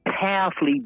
powerfully